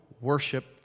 worship